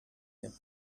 him